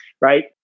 right